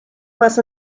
más